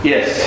Yes